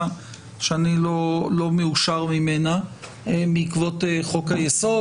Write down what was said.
שאני לא מאושר ממנה בעקבות חוק היסוד,